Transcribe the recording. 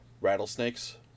rattlesnakes